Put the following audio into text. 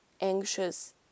anxious